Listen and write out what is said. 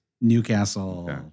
Newcastle